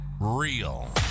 real